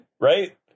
right